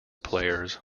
players